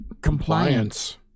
Compliance